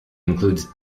includes